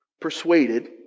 Persuaded